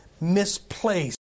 Misplaced